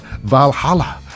Valhalla